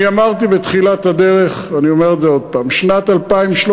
אני אמרתי בתחילת הדרך ואני אומר את זה עוד פעם: שנת 2013,